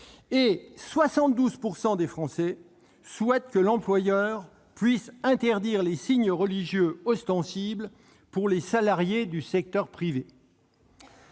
et 72 % des Français souhaitent que l'employeur puisse interdire les signes religieux ostensibles pour les salariés du secteur privé.